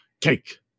cake